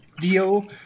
deal